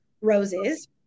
roses